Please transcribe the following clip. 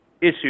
issue